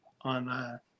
on